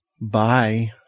Bye